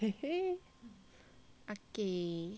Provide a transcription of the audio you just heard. okay